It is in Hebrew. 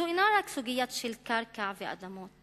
זאת אינה רק סוגיה של קרקע ואדמות